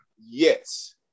Yes